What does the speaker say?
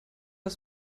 der